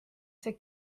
see